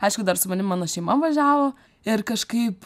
aišku dar su manim mano šeima važiavo ir kažkaip